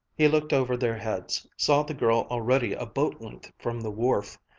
he looked over their heads, saw the girl already a boat-length from the wharf,